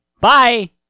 Bye